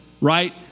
right